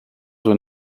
when